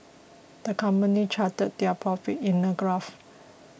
the company charted their profits in a graph